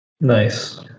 nice